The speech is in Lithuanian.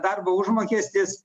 darbo užmokestis